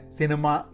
cinema